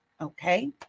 Okay